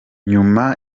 nyuma